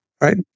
right